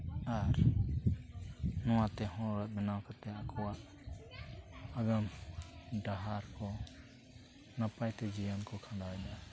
ᱟᱨ ᱱᱚᱣᱟᱛᱮ ᱦᱚᱲ ᱵᱮᱱᱟᱣ ᱠᱟᱛᱮᱫ ᱟᱠᱚᱣᱟᱜ ᱟᱜᱟᱢ ᱰᱟᱦᱟᱨ ᱠᱚ ᱱᱟᱯᱟᱭᱛᱮ ᱡᱤᱭᱚᱱᱠᱚ ᱠᱷᱟᱸᱰᱟᱣ ᱮᱫᱟ